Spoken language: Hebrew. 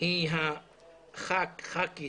היא חברת הכנסת